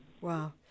Wow